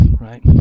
right